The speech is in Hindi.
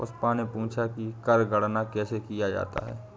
पुष्पा ने पूछा कि कर गणना कैसे किया जाता है?